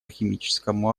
химическому